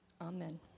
Amen